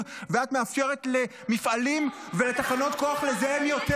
ואת מאפשרת למפעלים ותחנות כוח לזהם יותר.